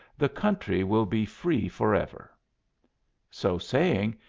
the country will be free forever so saying,